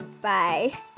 bye